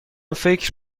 فکر